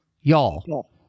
Y'all